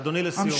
אדוני, לסיום.